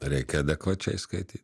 reikia adekvačiai skaityt